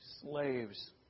Slaves